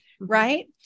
right